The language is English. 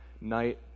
night